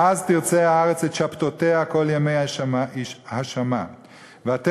"אז תרצה הארץ את שבתתיה כל ימי השמה ואתם